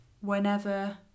whenever